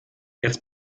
jetzt